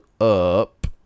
up